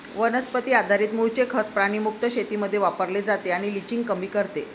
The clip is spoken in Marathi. वनस्पती आधारित मूळचे खत प्राणी मुक्त शेतीमध्ये वापरले जाते आणि लिचिंग कमी करते